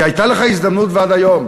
כי הייתה לך הזדמנות, ועד היום.